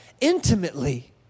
intimately